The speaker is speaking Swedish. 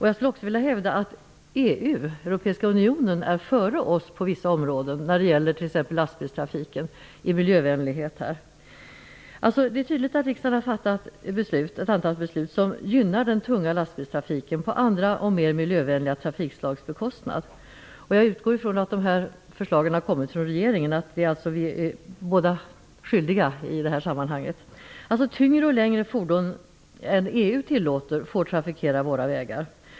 Jag hävdar också att EU, Europeiska Unionen, är före oss i miljövänlighet på vissa områden, exempelvis när det gäller lastbilstrafiken. Det är tydligt att riksdagen har fattat ett antal beslut som gynnar den tunga lastbilstrafiken, på andra mer miljövänliga trafikslags bekostnad. Jag utgår från att dessa förslag kommit från regeringen och att alltså både riksdag och regering är skyldiga i detta sammanhang. Tyngre och längre fordon, än dem som EU tillåter, får trafikera våra vägar.